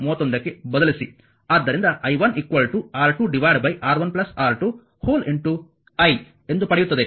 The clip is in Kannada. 31ಕ್ಕೆ ಬದಲಿಸಿ ಆದ್ದರಿಂದ i1 R2 R1 R2 i ಎಂದು ಪಡೆಯುತ್ತದೆ